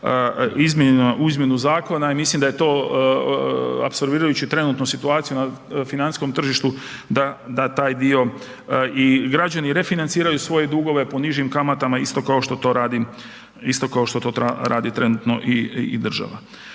izmjenu zakona i mislim da je to apsorbirajući trenutno situaciju na financijskom tržištu da taj dio i građani refinanciraju svoje dugove po nižim kamatama isto kao što to radi, isto kao